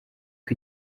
uko